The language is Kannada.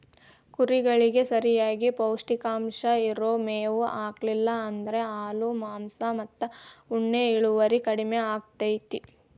ಕುರಿಗಳಿಗೆ ಸರಿಯಾಗಿ ಪೌಷ್ಟಿಕಾಂಶ ಇರೋ ಮೇವ್ ಹಾಕ್ಲಿಲ್ಲ ಅಂದ್ರ ಹಾಲು ಮಾಂಸ ಮತ್ತ ಉಣ್ಣೆ ಇಳುವರಿ ಕಡಿಮಿ ಆಕ್ಕೆತಿ